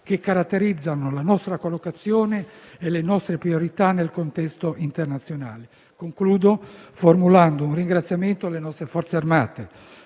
che caratterizzano la nostra collocazione e le nostre priorità nel contesto internazionale. Concludo formulando un ringraziamento alle nostre Forze armate